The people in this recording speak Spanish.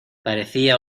parecía